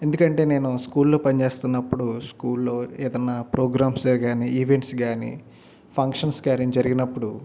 ఎందుకంటే నేను స్కూల్లో పనిచేస్తున్నప్పుడు స్కూల్లో ఏదన్నా ప్రోగ్రామ్సే కానీ ఈవెంట్స్ కానీ ఫంక్షన్స్ కానీ జరిగినప్పుడు